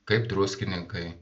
kaip druskininkai